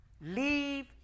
leave